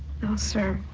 sir.